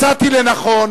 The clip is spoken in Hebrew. מצאתי לנכון